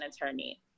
attorney